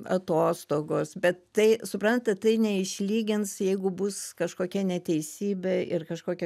atostogos bet tai suprantat tai neišlygins jeigu bus kažkokia neteisybė ir kažkokie